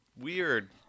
Weird